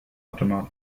automat